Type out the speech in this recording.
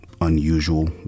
unusual